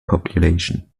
population